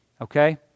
Okay